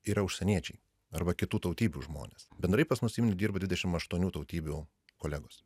yra užsieniečiai arba kitų tautybių žmonės bendrai pas mus dirba dvidešim aštuonių tautybių kolegos